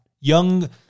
young